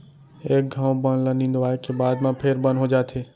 एक घौं बन ल निंदवाए के बाद म फेर बन हो जाथे